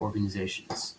organizations